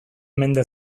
mende